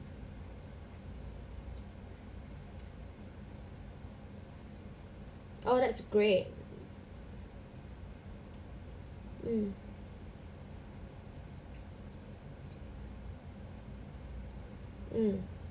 oh that's great mm mm